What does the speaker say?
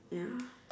ya